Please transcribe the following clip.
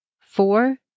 four